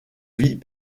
vie